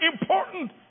important